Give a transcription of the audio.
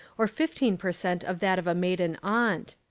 or fifteen per cent, of that of a maiden aunt.